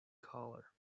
collar